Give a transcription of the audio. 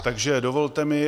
Takže dovolte mi...